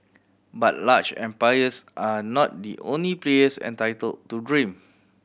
but large empires are not the only players entitled to dream